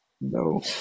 no